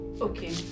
okay